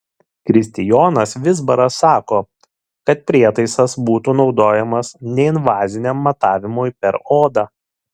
kristijonas vizbaras sako kad prietaisas būtų naudojamas neinvaziniam matavimui per odą